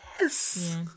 Yes